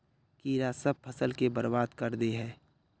कीड़ा सब फ़सल के बर्बाद कर दे है?